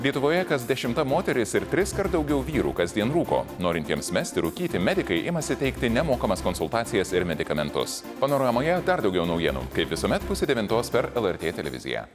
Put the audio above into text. lietuvoje kas dešimta moteris ir triskart daugiau vyrų kasdien rūko norintiems mesti rūkyti medikai imasi teikti nemokamas konsultacijas ir medikamentus panoramoje dar daugiau naujienų kaip visuomet pusę devintos per lrt televiziją